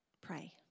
pray